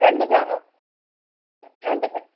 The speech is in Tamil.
ரெண்டு பேர் ரெண்டு பேர்